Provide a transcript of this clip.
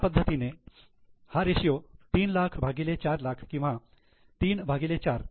अशा तऱ्हेने हा रेषीयो 3 लाख भागिले 4 लाख किंवा 3 बाय 4